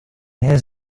has